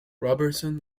robertson